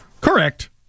Correct